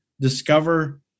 discover